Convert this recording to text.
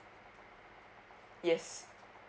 yes